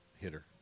hitter